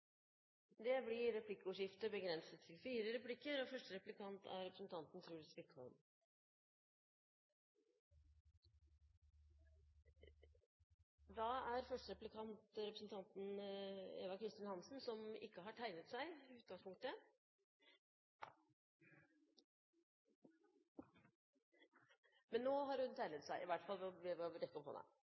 Det blir replikkordskifte. Da er første replikant representanten Eva Kristin Hansen, som ikke har tegnet seg i utgangspunktet. Men nå har hun tegnet seg, i hvert fall, ved å rekke opp hånden. Takk. Det